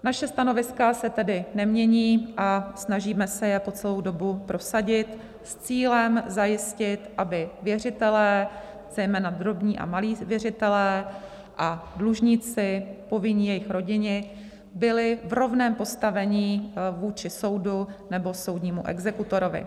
Naše stanoviska se tedy nemění a snažíme se je po celou dobu prosadit s cílem zajistit, aby věřitelé, zejména drobní a malí věřitelé, a dlužníci, povinní, jejich rodiny byli v rovném postavení vůči soudu nebo soudnímu exekutorovi.